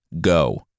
Go